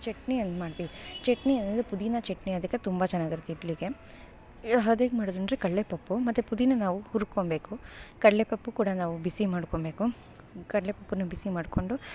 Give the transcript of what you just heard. ಚಟ್ನಿ ಹೇಗ್ಮಾಡ್ತೀವಿ ಚಟ್ನಿ ಅಂದರೆ ಪುದೀನ ಚಟ್ನಿ ಅದಕ್ಕೆ ತುಂಬ ಚೆನ್ನಾಗಿರುತ್ತೆ ಇಡ್ಲಿಗೆ ಅದು ಹೇಗೆ ಮಾಡೋದಂದ್ರೆ ಕಡಲೆ ಪಪ್ಪು ಮತ್ತು ಪುದೀನ ನಾವು ಹುರ್ಕೊಬೇಕು ಕಡಲೆ ಪಪ್ಪು ಕೂಡ ನಾವು ಬಿಸಿ ಮಾಡ್ಕೊಬೇಕು ಕಡಲೆ ಪಪ್ಪುನ ಬಿಸಿ ಮಾಡಿಕೊಂಡು